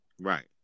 Right